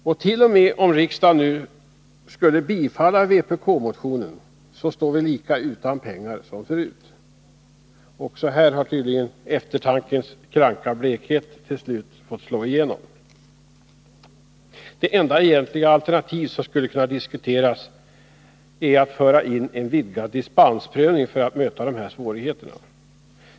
121 T. o. m. om riksdagen skulle bifalla vpk-motionen, står vi utan pengar precis som förut. Också här har tydligen eftertankens kranka blekhet till slut fått slå igenom. Det enda egentliga alternativ som skulle kunna diskuteras är att föra in en vidgad dispensprövning för att möta de här svårigheterna.